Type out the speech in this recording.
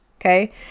Okay